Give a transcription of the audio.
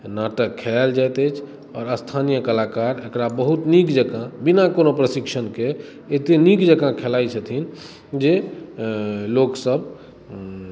नाटक खेलल जाइत अछि आओर स्थानीय कलाकार एकरा बहुत नीक जेकाॅं बिना कोनो प्रशिक्षण के एते नीक जेकाॅं खेलाइ छथिन जे लोकसब